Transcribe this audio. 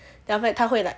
then after that 他会 like